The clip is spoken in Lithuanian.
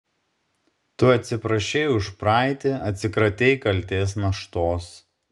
tu atsiprašei už praeitį atsikratei kaltės naštos